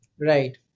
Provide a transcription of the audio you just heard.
Right